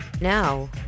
Now